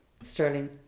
sterling